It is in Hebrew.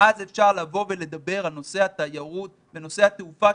אז אפשר לבוא ולדבר על נושא התיירות ונושא התעופה,